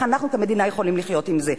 איך אנחנו כמדינה יכולים לחיות עם זה?